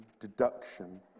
deduction